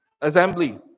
assembly